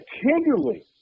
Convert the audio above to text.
continually